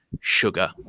sugar